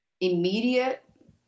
immediate